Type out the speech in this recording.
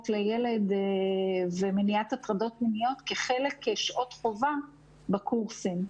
לילד ומניעת הטרדות מיניות כחלק משעות חובה בקורסים.